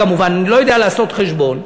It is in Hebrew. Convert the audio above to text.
כמובן אני לא יודע לעשות חשבון,